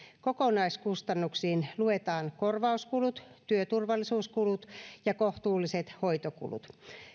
kokonaiskustannuksiin luetaan korvauskulut työturvallisuuskulut ja kohtuulliset hoitokulut